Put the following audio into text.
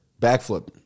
Backflip